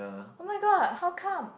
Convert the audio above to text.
[oh]-my-god how come